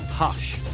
hush,